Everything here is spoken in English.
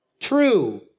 true